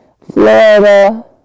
Florida